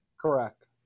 Correct